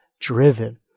driven